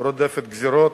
רודפות גזירות,